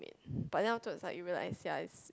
but never thought like you realise yeah it's